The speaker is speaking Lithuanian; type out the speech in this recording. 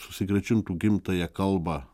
susigrąžintų gimtąją kalbą